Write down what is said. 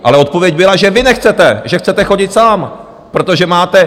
Ale odpověď byla, že vy nechcete, že chcete chodit sám, protože máte...